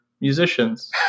musicians